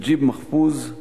נג'יב מחפוז,